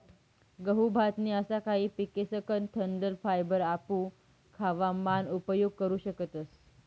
गहू, भात नी असा काही पिकेसकन डंठल फायबर आपू खावा मान उपयोग करू शकतस